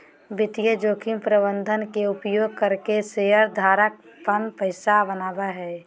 वित्तीय जोखिम प्रबंधन के उपयोग करके शेयर धारक पन पैसा बनावय हय